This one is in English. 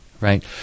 right